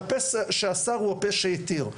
שהפה שאסר הוא הפה שהתיר,